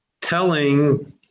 telling